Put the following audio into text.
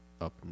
up